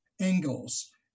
angles